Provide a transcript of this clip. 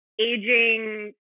aging